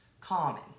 common